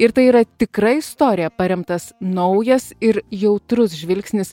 ir tai yra tikra istorija paremtas naujas ir jautrus žvilgsnis